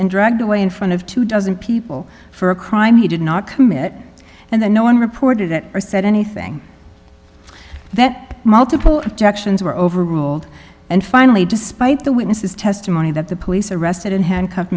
and dragged away in front of two dozen people for a crime he did not commit and that no one reported it or said anything that multiple jackson's were overruled and finally despite the witness's testimony that the police arrested and handcuff